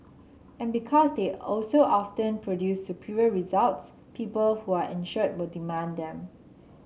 and because they also often produce superior results people who are insured will demand them